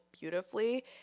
beautifully